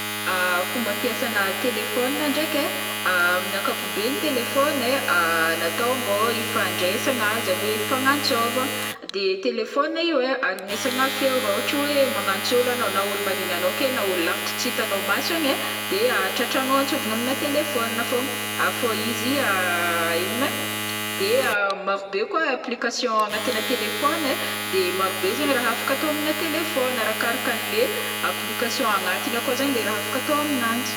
Fomba fiasana telefaonina ndraiky ai amin'ny ankapobe ny telefaony ai natao mbô ifandraisagna zegny hoe ifagnantsôvana de telefaonina io ai arenesagna feo raha ôhatra hoe magnantso ôlo anao na ôlo mariny anao ake na ôlo lavitry tsy hitanao maso igny ai de tratranao antsovina aminà telefaonian fogna fô izy ino mo ai, de marobe koa application agatinà telefaony ai de marobe zegny raha afaka atao aminà telefaony arakaraka an'le application agnatiny akao zegny le raha afaka atao amianjy.